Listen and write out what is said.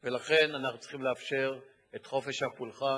ולכן, אנחנו צריכים לאפשר את חופש הפולחן,